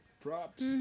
Props